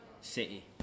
city